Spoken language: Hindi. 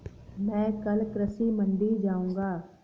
मैं कल कृषि मंडी जाऊँगा